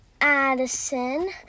addison